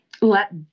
let